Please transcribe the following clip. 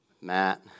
Matt